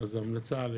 אני אשמח.